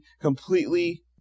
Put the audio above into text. completely